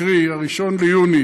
קרי 1 ביוני,